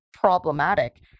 problematic